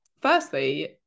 firstly